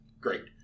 Great